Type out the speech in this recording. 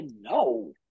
no